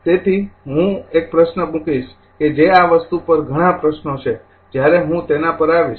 તેથી હું એક પ્રશ્ન મૂકીશ કે જે આ વસ્તુ પર ઘણા પ્રશ્નો છે જ્યારે હું તેના પર આવીશ